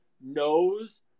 Knows